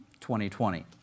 2020